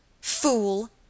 Fool